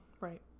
Right